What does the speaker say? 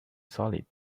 solid